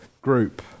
group